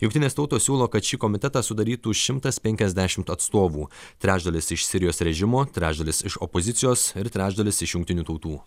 jungtinės tautos siūlo kad šį komitetą sudarytų šimtas penkiasdešimt atstovų trečdalis iš sirijos režimo trečdalis iš opozicijos ir trečdalis iš jungtinių tautų